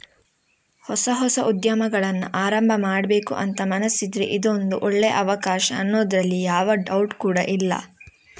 ಹೊಸ ಹೊಸ ಉದ್ಯಮಗಳನ್ನ ಆರಂಭ ಮಾಡ್ಬೇಕು ಅಂತ ಮನಸಿದ್ರೆ ಇದೊಂದು ಒಳ್ಳೇ ಅವಕಾಶ ಅನ್ನೋದ್ರಲ್ಲಿ ಯಾವ ಡೌಟ್ ಕೂಡಾ ಇಲ್ಲ